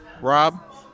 Rob